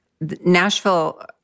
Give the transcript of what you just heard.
Nashville